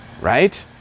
right